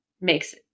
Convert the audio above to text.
makes